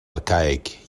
arcaic